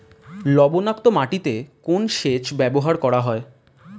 লবণাক্ত মাটিতে কোন সেচ ব্যবহার করা হয়?